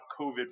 COVID